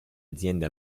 aziende